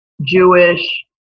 Jewish